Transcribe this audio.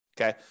Okay